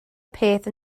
peth